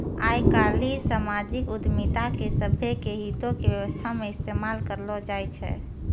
आइ काल्हि समाजिक उद्यमिता के सभ्भे के हितो के व्यवस्था मे इस्तेमाल करलो जाय छै